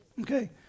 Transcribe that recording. Okay